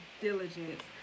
diligence